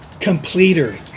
completer